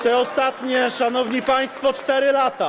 Te ostatnie, szanowni państwo, 4 lata.